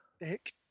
Dick